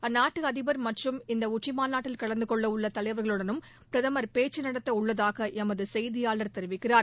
அந்நாட்டு அதிபர் மற்றும் இந்த உச்சிமாநாட்டில் கலந்து கொள்ள உள்ள தலைவா்களுடனும் பிரதமர் பேச்சு நடத்த உள்ளதாக எமது செய்தியாளர் தெரிவிக்கிறார்